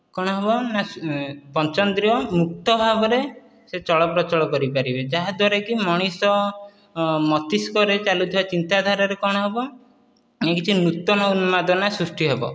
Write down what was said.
କ'ଣ ହେବ ନା ପଞ୍ଚାଇନ୍ଦ୍ରିୟ ମୁକ୍ତ ଭାବରେ ସେ ଚଳପ୍ରଚଳ କରିପାରିବେ ଯାହା ଦ୍ଵାରାକି ମଣିଷ ମସ୍ତିଷ୍କରେ ଚାଲୁଥିବା ଚିନ୍ତା ଧାରାର କ'ଣ ହେବ ନା କିଛି ନୂତନ ଉନ୍ମାଦନା ସୃଷ୍ଟି ହେବ